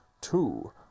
Two